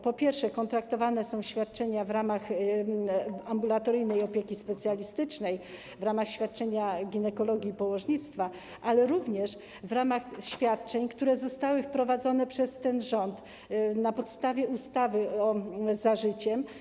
Po pierwsze, kontraktowane są świadczenia udzielane w ramach ambulatoryjnej opieki specjalistycznej, w ramach świadczeń z zakresu ginekologii i położnictwa, ale również w ramach świadczeń, które zostały wprowadzone przez ten rząd na podstawie ustawy „Za życiem”